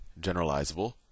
generalizable